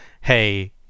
hey